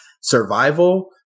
survival